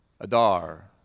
Adar